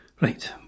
right